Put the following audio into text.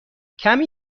کمی